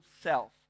self